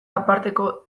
aparteko